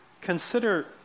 Consider